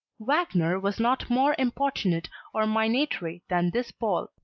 wagner was not more importunate or minatory than this pole,